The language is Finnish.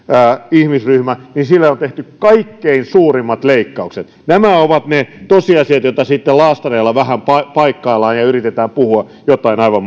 ihmisryhmä on tehty kaikkein suurimmat leikkaukset nämä ovat ne tosiasiat joita sitten laastareilla vähän paikkaillaan ja yritetään puhua jotain aivan